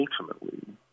ultimately